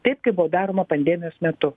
taip kaip buvo daroma pandemijos metu